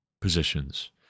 positions